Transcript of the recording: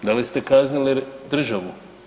Da li ste kaznili državu?